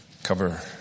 Cover